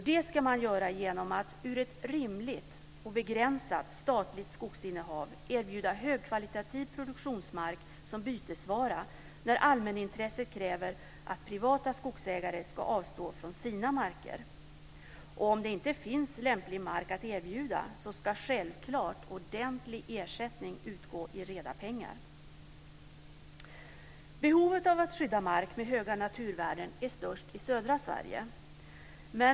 Det ska man göra genom att ur ett rimligt och begränsat statligt skogsinnehav erbjuda högkvalitativ produktionsmark som bytesvara, när allmänintresset kräver att privata skogsägare ska avstå från sina marker. Om det inte finns lämplig mark att erbjuda ska självklart ordentlig ersättning utgå i reda pengar. Behovet av att skydda mark med höga naturvärden är störst i södra Sverige.